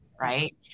Right